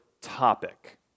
topic